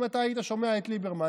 אם אתה היית שומע את ליברמן,